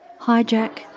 hijack